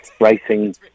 racing